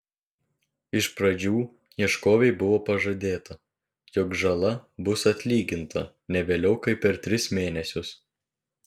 iš pradžių ieškovei buvo pažadėta jog žala bus atlyginta ne vėliau kaip per tris mėnesius